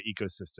ecosystem